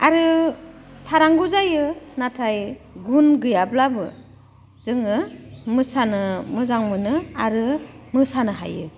आरो थानांगौ जायो नाथाय गुन गैयाब्लाबो जोङो मोसानो मोजां मोनो आरो मोसानो हायो